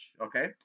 okay